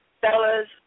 Fellas